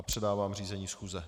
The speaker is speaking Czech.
Předávám řízení schůze.